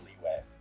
leeway